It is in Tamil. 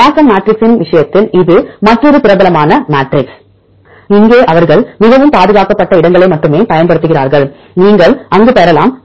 BLOSUM மேட்ரிக்ஸின் விஷயத்தில் இது மற்றொரு பிரபலமான மேட்ரிக்ஸ் இங்கே அவர்கள் மிகவும் பாதுகாக்கப்பட்ட இடங்களை மட்டுமே பயன்படுத்துகிறார்கள் அங்கு நீங்கள் பெறலாம்